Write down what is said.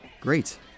Great